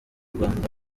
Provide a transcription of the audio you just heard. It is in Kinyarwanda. rwanda